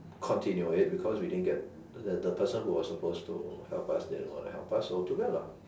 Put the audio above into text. continue it because we didn't get the the person who was supposed to help us didn't want to help us so too bad lah